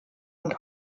und